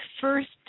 first